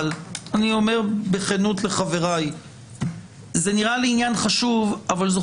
אבל אני אומר בכנות לחבריי שזה נראה לי עניין חשוב אבל זו